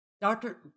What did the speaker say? Doctor